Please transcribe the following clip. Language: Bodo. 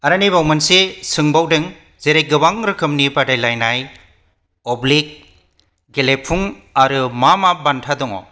आरो नैबाव मोनसे सोंबावदों जेरै गोबां रोखोमनि बादायलायनाय अब्लिग गेलेमु आरो मा मा बान्था दङ